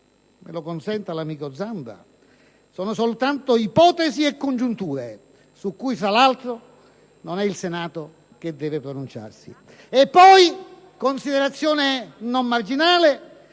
me lo consenta l'amico Zanda, sono soltanto ipotesi e congetture, su cui tra l'altro non è il Senato che deve pronunciarsi. E poi, considerazione non marginale,